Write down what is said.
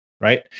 right